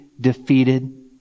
defeated